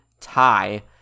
tie